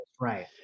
Right